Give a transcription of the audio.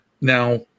Now